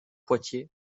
poitiers